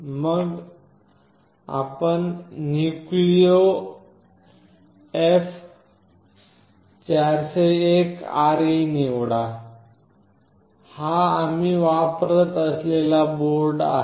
आणि मग आपण NucleoF401RE निवडा हा आम्ही वापरत असलेला बोर्ड आहे